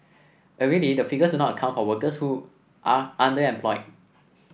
already the figures not account for workers who are underemployed